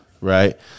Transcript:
right